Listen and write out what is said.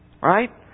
right